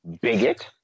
bigot